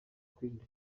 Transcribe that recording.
kwirinda